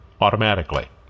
automatically